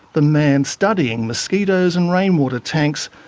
the man studying mosquitoes and rainwater tanks,